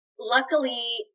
Luckily